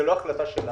זה לא החלטה שלנו.